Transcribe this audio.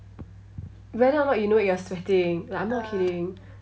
whether or not you know it you're sweating like I'm not kidding